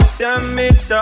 damaged